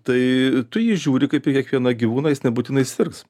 tai tu į jį žiūri kaip į kiekvieną gyvūną jis nebūtinai sirgs